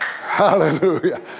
Hallelujah